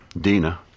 Dina